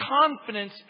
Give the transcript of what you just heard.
confidence